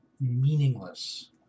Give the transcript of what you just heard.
meaningless